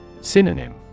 Synonym